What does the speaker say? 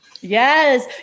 Yes